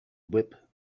whip